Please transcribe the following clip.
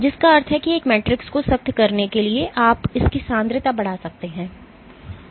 जिसका अर्थ है कि एक मैट्रिक्स को सख्त करने के लिए आप इसकी सांद्रता बढ़ा सकते हैं